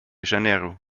janeiro